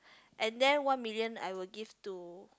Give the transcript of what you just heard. and then one million I will give to